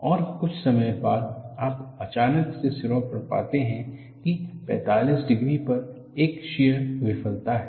और कुछ समय बाद आप अचानक से सिरों पर पाते हैं कि 45 डिग्री पर एक शियर विफलता है